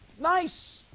Nice